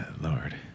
Lord